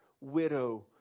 widow